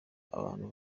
abantu